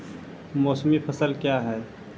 मौसमी फसल क्या हैं?